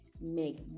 make